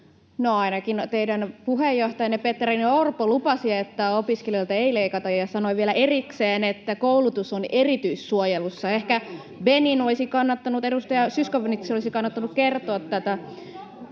ainakin teidän puheenjohtajanne Petteri Orpo lupasi, että opiskelijoilta ei leikata, ja sanoi vielä erikseen, että koulutus on erityissuojelussa. Ehkä edustaja Zyskowiczin olisi kannattanut kertoa tämä.